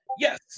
yes